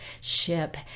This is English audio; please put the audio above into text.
ship